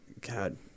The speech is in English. God